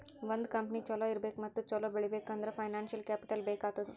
ಒಂದ್ ಕಂಪನಿ ಛಲೋ ಇರ್ಬೇಕ್ ಮತ್ತ ಛಲೋ ಬೆಳೀಬೇಕ್ ಅಂದುರ್ ಫೈನಾನ್ಸಿಯಲ್ ಕ್ಯಾಪಿಟಲ್ ಬೇಕ್ ಆತ್ತುದ್